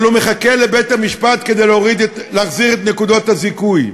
אבל הוא מחכה לבית-המשפט כדי להחזיר את נקודות הזיכוי.